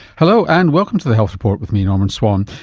hello, and welcome to the health report, with me, norman swan.